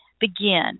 begin